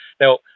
now